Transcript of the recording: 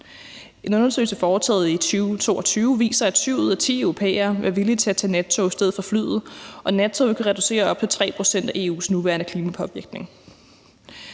En undersøgelse foretaget i 2022 viser, at syv ud af ti europæere er villige til at tage nattoget i stedet for flyet, og nattoget vil kunne reducere op til 3 pct. af EU's nuværende klimapåvirkning.